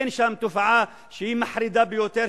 אין שם תופעה שהיא מחרידה ביותר,